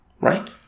right